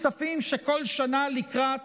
כספים שבכל שנה לקראת